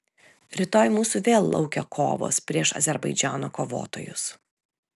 rytoj mūsų vėl laukia kovos prieš azerbaidžano kovotojus